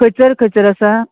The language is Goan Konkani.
खंयचर खंचर आसा